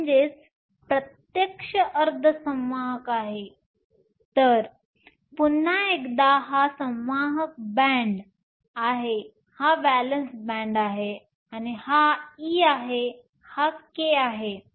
तर पुन्हा एकदा हा संवाहक बॅण्ड कंडक्शन बँड आहे हा व्हॅलेन्स बॅण्ड आहे हा e आहे हा k आहे